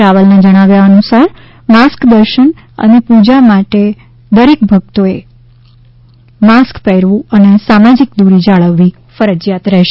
રાવલના જણાવ્યા મુજબ માસ્ક દર્શન અને પૂજા માટે દરેક ભક્તોએ માસ્ક પહેરવું અને સામાજિક દુરી જાળવવી ફરજીયાત રહેશે